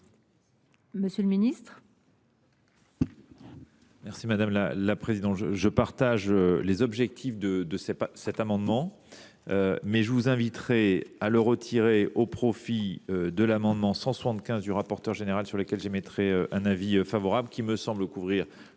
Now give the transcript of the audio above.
Monsieur le ministre,